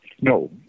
No